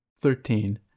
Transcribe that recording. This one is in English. Thirteen